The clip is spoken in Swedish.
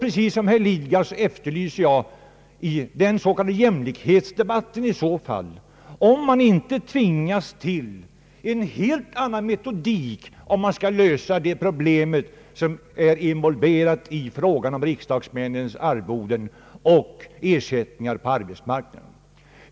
Precis som herr Lidgard efterlyser jag i så fall i den s.k. jämlikhetsdebatten en helt annan metodik, om man skall lösa det problem som är involverat i frågan om riksdagsmännens arvoden och ersättningar på arbetsmarknaden.